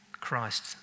Christ